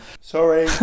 sorry